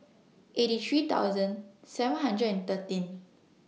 eighty three thousand seven hundred and thirteen